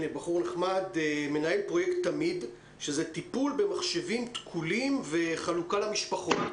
שהוא מנהל פרויקט תמיד שזה טיפול במחשבים תקולים וחלוקה למשפחות.